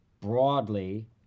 broadly